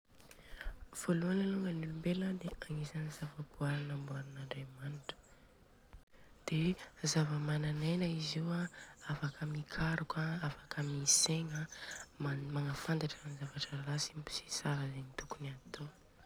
Voaloany alôngany olombelona an de agnisany java-boara nambory namborin'Andriamanitra, de zava-mananegna izy Io an de afaka mikaroka afaka misegna an, m- magnafantatra ny zavatra ratsy sy tsara zegny tokony atô.